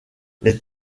les